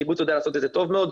הקיבוץ יודע לעשות את זה טוב מאוד,